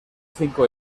cinco